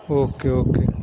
okay okay